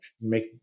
make